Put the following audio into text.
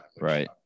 Right